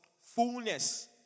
fullness